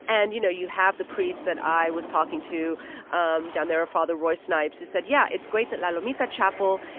and, you know, you have the priest that i was talking to um down there, father roy snipes, who said, yeah. it's great that la lomita chapel,